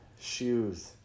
Shoes